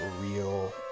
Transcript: real